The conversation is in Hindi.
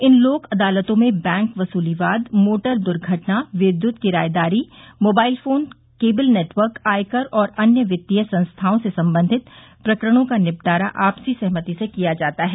इन लोक अदालतों में बैंक वसूली वाद मोटर दुर्घटना विद्युत किरायेदारी मोबाइल फोन केबिल नेटवर्क आयकर और अन्य वित्तीय संस्थाओं से संबंधित प्रकरणों का निपटारा आपसी सहमति से किया जाता है